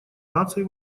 наций